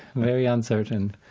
very uncertain.